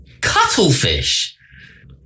Cuttlefish